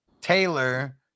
Taylor –